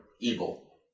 evil